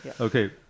Okay